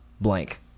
blank